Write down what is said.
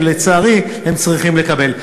שלצערי הם צריכים לקבל.